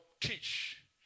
teach